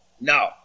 No